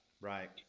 right